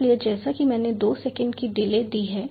इसलिए जैसा कि मैंने दो सेकंड की डिले दी है